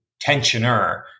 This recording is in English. tensioner